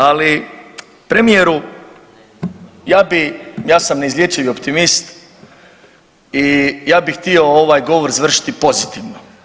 Ali premijeru ja bi, ja sam neizlječivi optimist i ja bih htio ovaj govor završiti pozitivno.